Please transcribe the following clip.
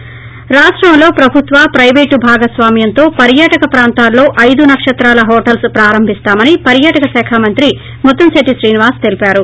ి రాష్ట్రంలో ప్రభుత్వ ప్రైవేట్ భాగస్వామ్యంతో పర్యాటక ప్రాంతాల్లో అయిదు నక్షత్రాల హోటల్ప్ ప్రారంభిస్తామని పర్యాటక శాఖ మంత్రి ముత్తంశెట్టి శ్రీనివాస్ తెలిపారు